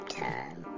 time